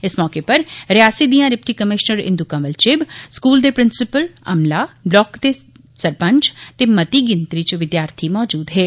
इस मौके पर रियासी दियां deputy commissioner Indu Kanwal Chib school दे प्रिंसिपल अम्ला बलाक दे सरपंच ते मती गिनतरी च विद्यार्थी मजूद हे